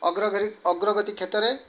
ଅଗ୍ରଗତି କ୍ଷେତ୍ରରେ